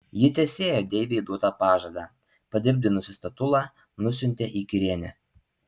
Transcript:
ji tesėjo deivei duotą pažadą padirbdinusi statulą nusiuntė į kirėnę